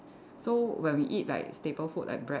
so when we eat like staple food like bread